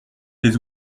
des